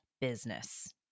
business